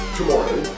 tomorrow